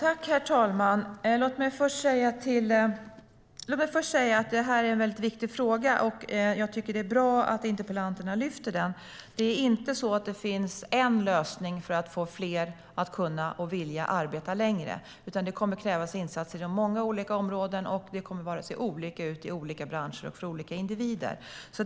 Herr talman! Låt mig först säga att det här är en väldigt viktig fråga som jag tycker att det är bra att interpellanterna lyfter fram. Det är inte så att det finns en lösning som ska få fler att kunna och vilja arbeta längre, utan det kommer att krävas insatser inom många olika områden, och det kommer att se olika ut i olika branscher och för olika individer.